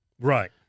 Right